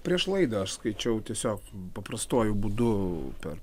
prieš laidą aš skaičiau tiesiog paprastuoju būdu per